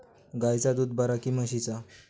गायचा दूध बरा काय म्हशीचा?